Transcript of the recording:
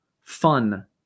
fun